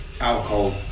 alcohol